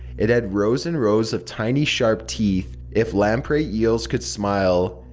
it had rows and rows of tiny sharp teeth. if lamprey eels could smile,